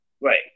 Right